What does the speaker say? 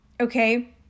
okay